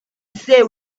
say